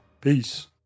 Peace